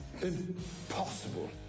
Impossible